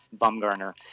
Bumgarner